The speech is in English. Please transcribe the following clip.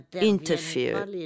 interfere